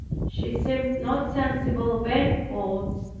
she seemed not sensible of any faults,